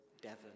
Devon